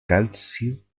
calcio